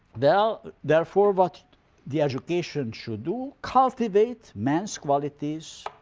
well therefore what the education should do cultivate men's qualities